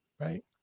right